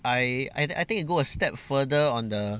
I I I think you go a step further on the